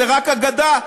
זה רק אגדה.